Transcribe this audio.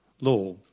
law